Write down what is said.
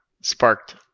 sparked